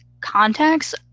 contacts